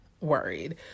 worried